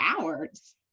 hours